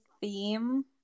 theme